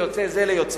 ליוצאי זה,